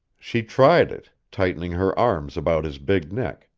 she tried it, tightening her arms about his big neck,